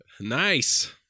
Nice